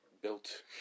built